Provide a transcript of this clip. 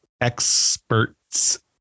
experts